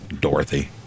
Dorothy